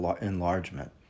enlargement